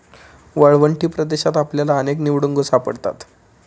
वाळवंटी प्रदेशात आपल्याला अनेक निवडुंग सापडतील